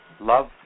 love